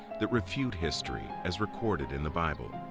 that refute history as recorded in the bible.